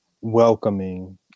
welcoming